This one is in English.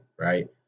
right